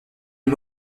une